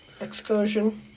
excursion